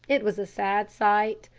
it was a sad sight.